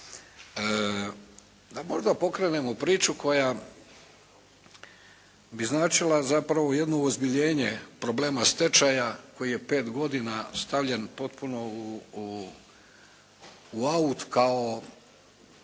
da možda pokrenemo priču koja bi značila zapravo jedno ozbiljenje problema stečaja koji je 5 godina stavljen potpuno u «out» kao